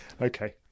Okay